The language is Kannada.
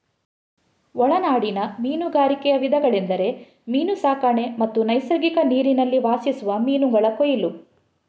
ಒಳನಾಡಿನ ಮೀನುಗಾರಿಕೆಯ ವಿಧಗಳೆಂದರೆ ಮೀನು ಸಾಕಣೆ ಮತ್ತು ನೈಸರ್ಗಿಕ ನೀರಿನಲ್ಲಿ ವಾಸಿಸುವ ಮೀನುಗಳ ಕೊಯ್ಲು